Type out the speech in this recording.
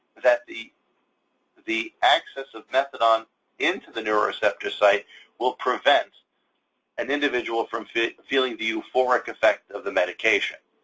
that the the access of methadone into the neuroreceptor site will prevent an individual from feeling the euphoric effect of the medication,